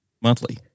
monthly